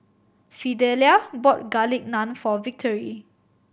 Fidelia bought Garlic Naan for Victory